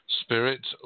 spirit